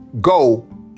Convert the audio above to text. go